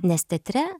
nes teatre